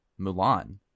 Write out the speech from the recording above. mulan